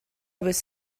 was